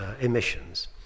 emissions